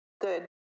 good